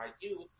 youth